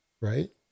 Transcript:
right